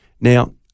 Now